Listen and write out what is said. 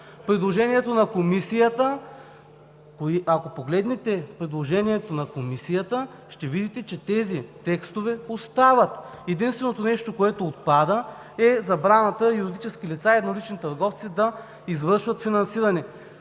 момента ние имаме забрана. Ако погледнете предложението на Комисията, ще видите, че тези текстове остават. Единственото нещо, което отпада, е забраната юридически лица и еднолични търговци да извършват финансиране.